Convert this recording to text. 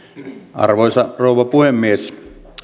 arvoisa rouva puhemies